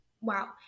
wow